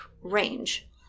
range